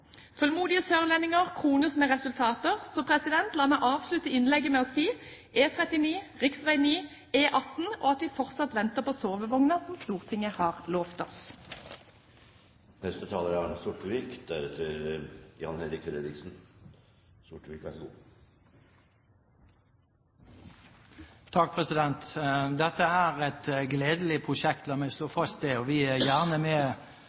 Tålmodige sørlendinger får endelig se resultater. La meg avslutte innlegget med å si: E39, rv. 9, E18 – og vi venter fortsatt på sovevogner som Stortinget har lovet oss. Dette er et gledelig prosjekt, la meg slå fast det. Vi er gjerne med og gleder oss over at et viktig prosjekt